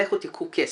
'לכו תיקחו כסף'.